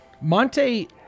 monte